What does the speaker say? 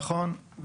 נכון.